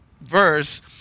verse